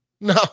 No